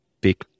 big